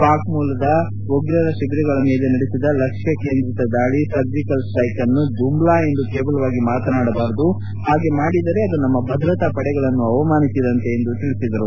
ಪಾಕ್ ಮೂಲಕದ ಉಗ್ರರ ಶಿಬಿರಗಳ ಮೇಲೆ ನಡೆಸಿದ ಲಕ್ಷ್ಮಕೇಂದ್ರಿತ ದಾಳಿ ಸರ್ಜಿಕಲ್ ಸ್ಟೈಕ್ ಅನ್ನು ಜುಮ್ಲಾ ಎಂದು ಕೇವಲವಾಗಿ ಮಾತನಾಡಬಾರದು ಹಾಗೆ ಮಾಡಿದರೆ ಅದು ನಮ್ಮ ಭದ್ರತಾ ಪಡೆಗಳನ್ನು ಅವಮಾನಿಸಿದಂತೆ ಎಂದು ಹೇಳಿದರು